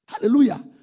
Hallelujah